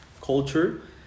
culture